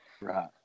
Right